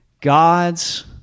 God's